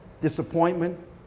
disappointment